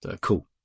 Cool